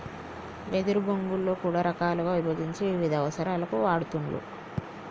వెదురు బొంగులో కూడా రకాలుగా విభజించి వివిధ అవసరాలకు వాడుతూండ్లు